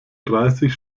dreißig